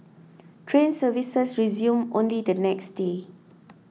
train services resumed only the next day